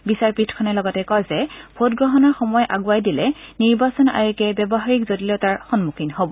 বিচাৰপীঠখনে লগতে কয় যে ভোটগ্ৰহণৰ সময় আগুৱাই দিলে নিৰ্বাচন আয়োগ ব্যৱহাৰিক জটিলতাৰ সন্মুখীন হব